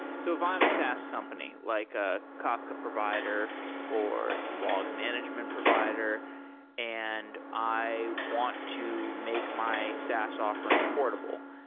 so if i'm a saas company, like a kafka provider or log management provider and i want to make my saas offering portable.